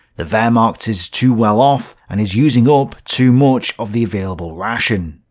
the wehrmacht is too well off and is using up too much of the available ration.